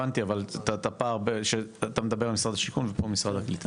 הבנתי את הפער שאתה מדבר על משרד השיכון ופה משרד הקליטה.